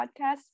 podcast